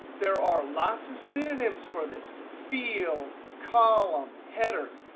there are lots of synonyms for this. field, column, headers.